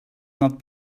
not